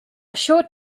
short